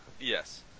Yes